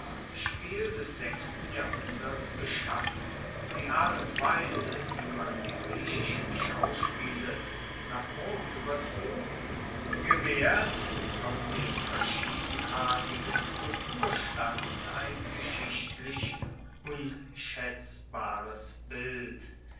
lustspiel des sechsten jahrhunderts beschaffen die art und weise wie man die griechischen schauspiele nach rom uebertrug gewaehrt von dem verschiedenartigen kulturstand ein geschichtlich unschaetzbares bild